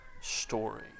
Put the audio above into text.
story